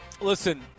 Listen